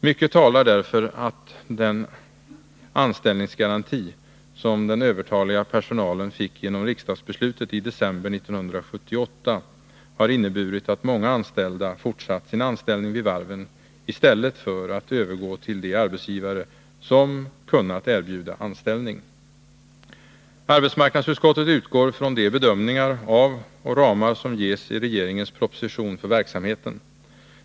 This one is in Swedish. Mycket talar för att anställningsgarantin — som den övertaliga personalen fick genom riksdagsbeslutet i december 1978 — har inneburit att många anställda fortsatt sin anställning vid varven i stället för att övergå till de arbetsgivare som kunnat erbjuda anställning. Arbetsmarknadsutskottet utgår från de bedömningar av och ramar för verksamheten som ges i regeringens proposition.